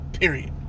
period